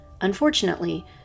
Unfortunately